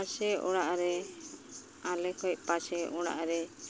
ᱯᱟᱥᱮ ᱚᱲᱟᱜᱨᱮ ᱟᱞᱮ ᱪᱮᱫ ᱯᱟᱥᱮ ᱚᱲᱟᱜᱨᱮ